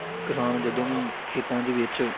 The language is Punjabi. ਕਿਸਾਨ ਜਦੋਂ ਵੀ ਖੇਤਾਂ ਦੇ ਵਿੱਚ